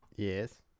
Yes